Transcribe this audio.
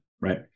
right